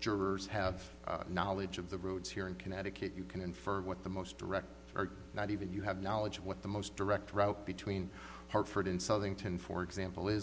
jurors have knowledge of the roads here in connecticut you can infer what the most direct or not even you have knowledge of what the most direct route between hartford insulting ten for example is